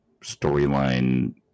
storyline